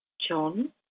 John